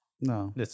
No